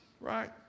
right